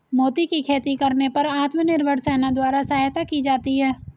मोती की खेती करने पर आत्मनिर्भर सेना द्वारा सहायता की जाती है